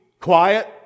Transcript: quiet